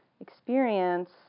experience